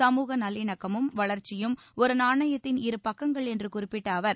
சமூக நல்லிணக்கமும் வளர்ச்சியும் ஒரு நாணயத்தின் இருபக்கங்கள் என்று குறிப்பிட்ட அவர்